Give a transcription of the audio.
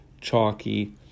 chalky